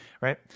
right